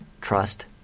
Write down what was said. trust